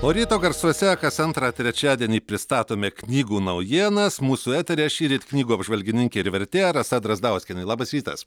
o ryto garsuose kas antrą trečiadienį pristatome knygų naujienas mūsų eteryje šįryt knygų apžvalgininkė ir vertėja rasa drazdauskienė labas rytas